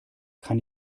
kann